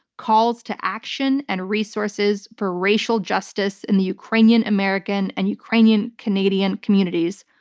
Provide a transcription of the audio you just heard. calls to action and resources for racial justice in the ukrainian american and ukrainian canadian communities.